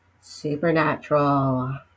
supernatural